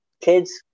kids